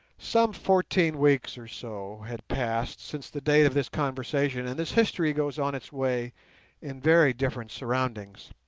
some fourteen weeks or so had passed since the date of this conversation, and this history goes on its way in very different surroundings.